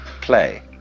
play